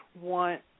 want